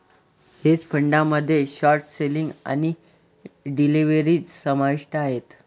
hedge फंडामध्ये short selling आणि derivatives समाविष्ट आहेत